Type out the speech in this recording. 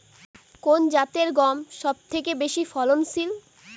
কোন জাতের গম সবথেকে বেশি ফলনশীল?